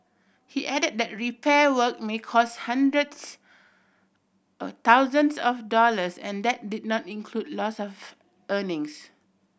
he add that repair work may cost hundreds or thousands of dollars and that did not include loss of earnings